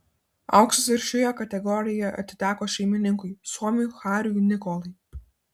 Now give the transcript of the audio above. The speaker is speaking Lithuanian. auksas ir šioje kategorijoje atiteko šeimininkui suomiui hariui nikolai